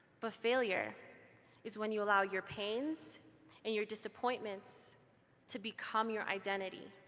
but failure is when you allow your pains and your disappointments to become your identity.